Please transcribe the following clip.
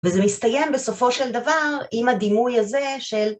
וזה מסתיים בסופו של דבר עם הדימוי הזה של